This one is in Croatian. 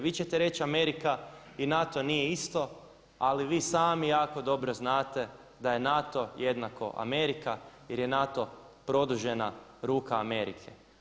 Vi ćete reći Amerika i NATO nije isto, ali vi sami jako dobro znate da je NATO jednako Amerika, jer je NATO produžena ruka Amerike.